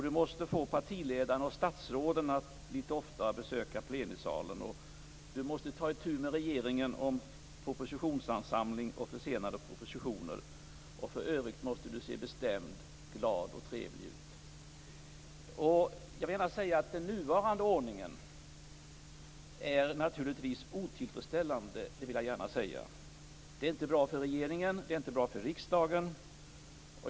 Du måste få partiledarna och statsråden att litet oftare besöka plenisalen. Du måste ta itu med regeringen om propositionsansamling och försenade propositioner. För övrigt måste du se bestämd, glad och trevlig ut. Den nuvarande ordningen är naturligtvis otillfredsställande, det vill jag gärna säga. Det är inte bra för regeringen, det är inte bra för riksdagen.